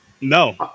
No